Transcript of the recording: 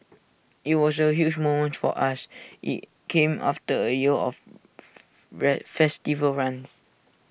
IT was A huge moment for us IT came after A year of Fred festival runs